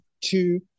two